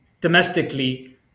domestically